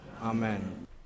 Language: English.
Amen